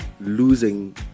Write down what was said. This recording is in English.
losing